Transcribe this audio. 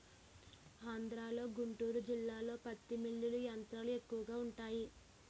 ఆంధ్రలో గుంటూరు జిల్లాలో పత్తి మిల్లులు యంత్రాలు ఎక్కువగా వుంటాయి